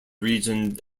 region